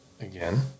again